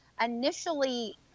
initially